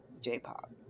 J-pop